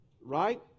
Right